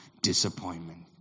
Disappointment